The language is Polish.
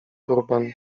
turban